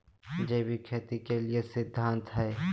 जैविक खेती के की सिद्धांत हैय?